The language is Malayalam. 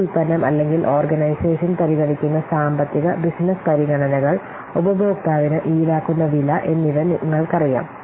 ഈ ഉൽപ്പന്നം അല്ലെങ്കിൽ ഓർഗനൈസേഷൻ പരിഗണിക്കുന്ന സാമ്പത്തിക ബിസിനസ് പരിഗണനകൾ ഉപഭോക്താവിന് ഈടാക്കുന്ന വില എന്നിവ നിങ്ങൾക്കറിയാം